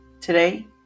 Today